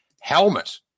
helmet